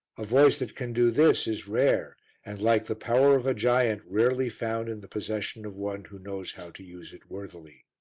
a voice that can do this is rare and, like the power of a giant, rarely found in the possession of one who knows how to use it worthily.